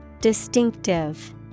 Distinctive